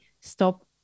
stop